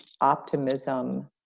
optimism